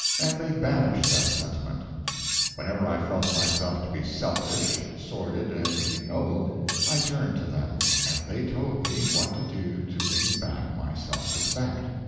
and they banished that sentiment whenever i felt myself to be selfish, sordid, and ignoble i turned to them, and they told me what to do to win back my self-respect.